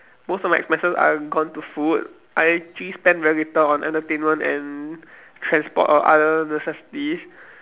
most of my expenses are gone to food I actually spend very little on entertainment and transport or other necessities